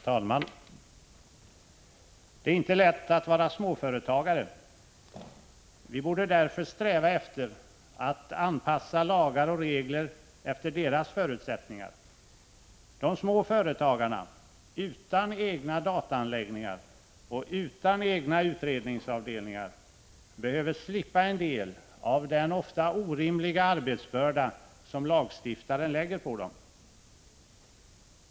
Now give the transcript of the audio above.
Herr talman! Det är inte lätt att vara småföretagare. Vi borde därför sträva efter att anpassa lagar och regler efter deras förutsättningar. De små företagarna — utan egna dataanläggningar och utan egna utredningsavdelningar — behöver slippa en del av den ofta orimliga arbetsbörda som lagstiftaren lägger på dem.